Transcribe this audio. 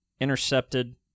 intercepted